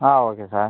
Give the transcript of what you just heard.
ah okay sir